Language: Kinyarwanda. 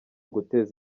guteza